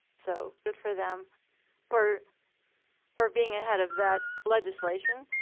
so good for them for for being ahead of that legislation.